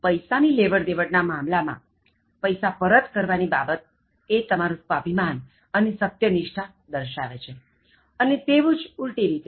પૈસા ની લેવડ દેવડ ના મામલા માં પૈસા પરત કરવા ની બાબત એ તમારું સ્વાભિમાન અને સત્યનિષ્ઠા દર્શાવે છે અને તેવું જ ઉલટી રીતે